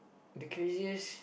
the craziest